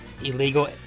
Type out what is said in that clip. illegal